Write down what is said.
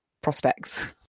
prospects